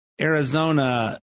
Arizona